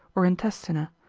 or intestina,